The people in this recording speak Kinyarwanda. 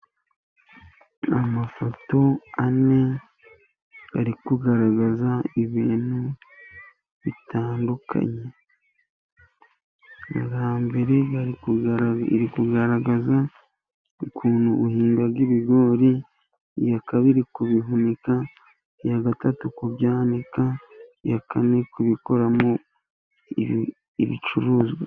Amafoto ane ari kugaragaza ibintu bitandukanye, iya mbere iri kugaragaza ukuntu uhinga ibigori, iya kabiri kubihunika, iya gatatu kubyanika, iya kane kubikoramo ibicuruzwa.